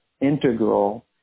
integral